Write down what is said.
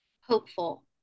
Hopeful